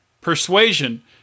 persuasion